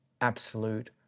absolute